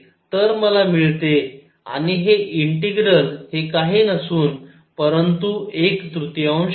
तर मला मिळते आणि हे इंटिग्रल हे काही नसून परंतु एक तृतीयांश आहे